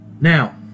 Now